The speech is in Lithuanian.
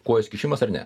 kojos kišimas ar ne